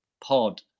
pod